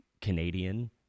Canadian